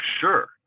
sure